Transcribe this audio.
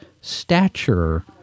stature